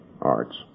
arts